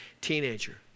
teenager